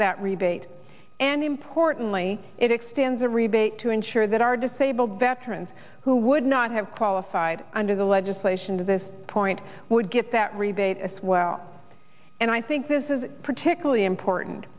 that rebate and importantly it extends a rebate to ensure that our disabled veterans who would not have qualified under the legislation to this point would get that rebate as well and i think this is particularly important